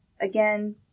again